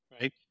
right